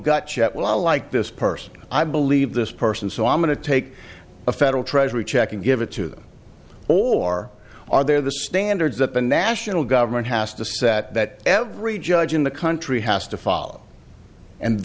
check well like this person i believe this person so i'm going to take a federal treasury check and give it to them or are there the standards that the national government has to set that every judge in the country has to follow and